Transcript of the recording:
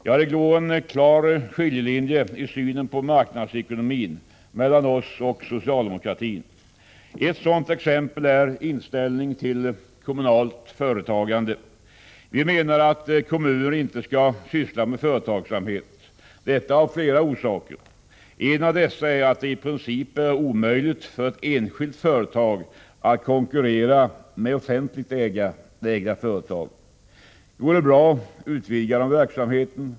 Det går en klar skiljelinje i fråga om synen på marknadsekonomin mellan oss och socialdemokraterna. Ett sådant exempel är inställningen till kommunalt företagande. Vi menar att kommuner inte skall syssla med företagsamhet — detta av flera orsaker. En av dessa är att det i princip är omöjligt för ett enskilt företag att konkurrera med offentligt ägda företag. Går de bra, utvidgar man verksamheten.